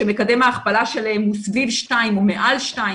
שמקדם ההכפלה שלהם הוא סביב 2 או מעל 2,